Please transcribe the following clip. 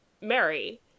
mary